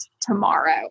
tomorrow